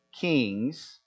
kings